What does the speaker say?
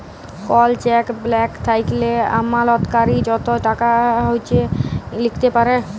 call cheque blank থ্যাইকলে আমালতকারী যত ইছে টাকা লিখতে পারে